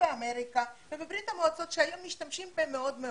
בארצות הברית ובברית המועצות שהיום משתמשים בהם מאוד.